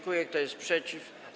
Kto jest przeciw?